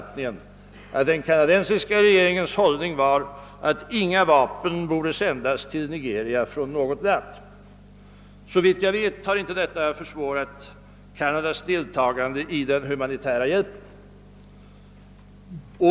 Han meddelade att den kanadensiska regeringens hållning var att inga vapen borde sändas till Nigeria från något land. Såvitt jag vet har detta uttalande inte försvårat Kanadas deltagande i den humanitära hjälpen.